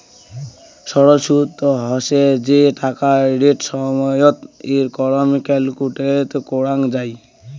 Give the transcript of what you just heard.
সরল সুদ হসে যে টাকাটা রেট সময়ত এর কর ক্যালকুলেট করাঙ যাই